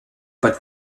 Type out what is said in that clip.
but